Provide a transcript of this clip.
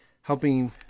helping